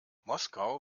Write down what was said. moskau